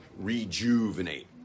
rejuvenate